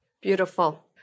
Beautiful